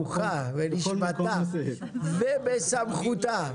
ברוחה, בנשמתה ובסמכותה.